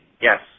Yes